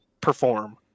perform